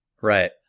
Right